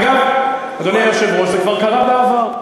אגב, אדוני היושב-ראש, זה כבר קרה בעבר.